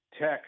Tech